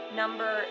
number